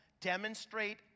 demonstrate